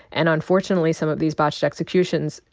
and unfortunately, some of these botched executions,